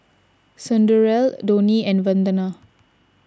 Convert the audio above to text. Sunderlal Dhoni and Vandana